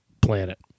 planet